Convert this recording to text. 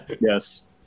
yes